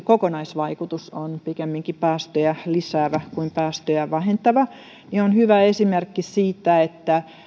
kokonaisvaikutus on pikemminkin päästöjä lisäävä kuin päästöjä vähentävä on hyvä esimerkki siitä että